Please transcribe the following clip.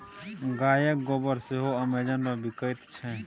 गायक गोबर सेहो अमेजन पर बिकायत छै